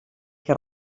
que